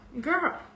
girl